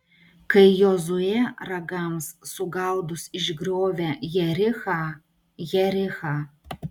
kai jozuė ragams sugaudus išgriovė jerichą jerichą